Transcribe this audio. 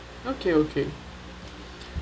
okay okay